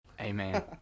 Amen